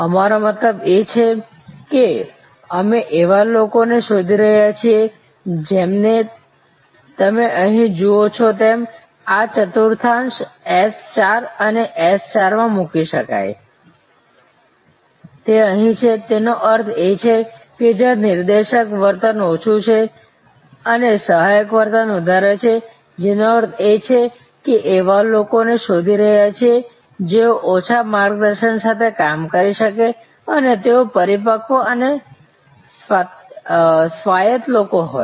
અમારો મતલબ એ છે કે અમે એવા લોકોને શોધી રહ્યા છીએ જેમને તમે અહીં જુઓ છો તેમ આ ચતુર્થાંશ S 4 અને S 4 માં મૂકી શકાય તે અહીં છે તેનો અર્થ એ છે કે જ્યાં નિર્દેશક વર્તન ઓછું છે અને સહાયક વર્તન વધારે છે જેનો અર્થ છે કે અમે એવા લોકોને શોધી રહ્યા છીએ જેઓ ઓછા માર્ગદર્શન સાથે કામ કરી શકે અને તેઓ પરિપક્વ અને સ્વાયત્ત લોકો હોય